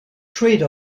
trade